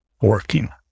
working